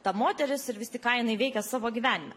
ta moteris ir vistik ką jinai veikia savo gyvenime